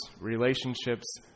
relationships